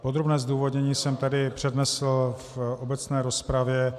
Podrobné zdůvodnění jsem tady přednesl v obecné rozpravě.